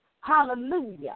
Hallelujah